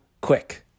quick